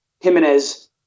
Jimenez